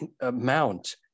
amount